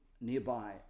nearby